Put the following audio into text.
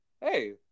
hey